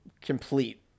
complete